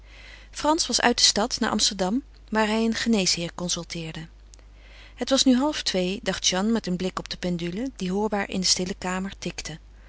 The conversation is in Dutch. frans was uit de stad naar amsterdam waar hij een geneesheer consulteerde het was nu halftwee dacht jeanne met een blik op de pendule die hoorbaar in de stille kamer tikte